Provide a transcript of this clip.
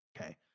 okay